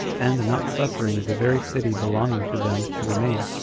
and not suffering the very city belonging to them to remain,